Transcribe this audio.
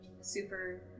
super